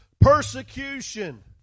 persecution